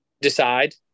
decide